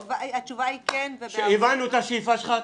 הבנו את השאיפה שלך.